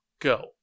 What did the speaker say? Go